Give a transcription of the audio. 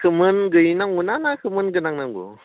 खोमोन गैयि नांगौना ना खोमोन गोनां नांगौ